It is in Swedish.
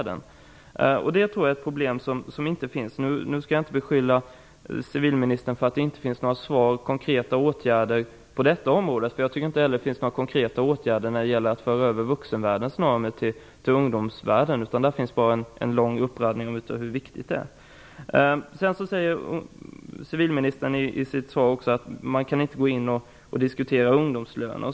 Det tror jag är ett problem som inte tas upp. Jag skall nu inte beskylla civilministern för att det inte finns förslag till några konkreta åtgärder på det här området. Jag tycker inte heller att det finns några konkreta förslag när det gäller att föra över vuxenvärldens normer till ungdomsvärlden. Det finns bara en lång utläggning om hur viktigt det är. I sitt svar sade civilministern att man inte kan diskutera ungdomslöner.